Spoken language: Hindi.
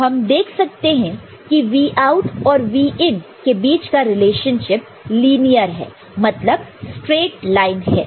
तो हम देख सकते हैं कि Vout और Vin के बीच का रिलेशनशिप लीनियर है मतलब स्ट्रेट लाइन है